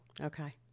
Okay